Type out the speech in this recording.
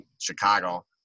Chicago